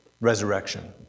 Resurrection